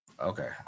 Okay